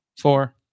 Four